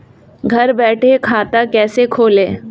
घर बैठे खाता कैसे खोलें?